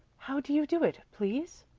how do you do it, please?